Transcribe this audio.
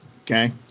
Okay